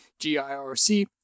GIRC